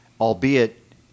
albeit